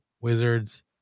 wizards